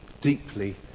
deeply